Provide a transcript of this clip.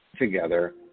together